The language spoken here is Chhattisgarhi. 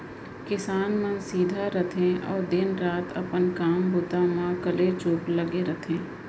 किसान मन सीधा रथें अउ दिन रात अपन काम बूता म कलेचुप लगे रथें